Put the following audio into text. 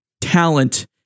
talent